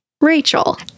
Rachel